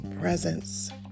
presence